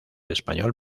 español